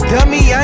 Dummy